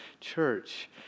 church